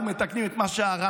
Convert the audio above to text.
אנחנו מתקנים את מה שהרסתם,